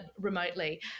remotely